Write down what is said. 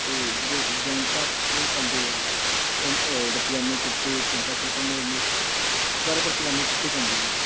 ਅਤੇ ਜਿਹੜੇ ਜੈਂਟਸ ਆ ਉਹ ਪਾਉਂਦੇ ਆ ਪੈਂਟ ਜਿਹੜੇ ਪਜਾਮੇ ਕੁੜਤੇ ਪੈਂਟਾਂ ਸ਼ਰਟਾਂ ਨੌਰਮਲ ਜ਼ਿਆਦਾਤਰ ਪਜਾਮੇ ਕੁੜਤੇ ਹੀ ਪਾਉਂਦੇ ਆ